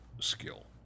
skill